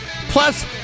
plus